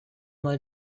mal